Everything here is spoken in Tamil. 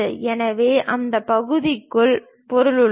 எனவே அந்த பகுதிக்குள் அந்த பொருள் உள்ளது